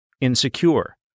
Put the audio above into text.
Insecure